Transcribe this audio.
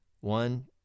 one